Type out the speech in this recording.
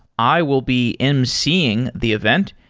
i will be emceeing the event,